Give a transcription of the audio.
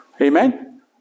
Amen